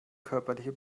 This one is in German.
körperliche